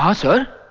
um sir.